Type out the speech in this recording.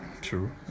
True